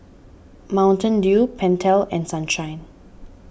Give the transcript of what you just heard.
Mountain Dew Pentel and Sunshine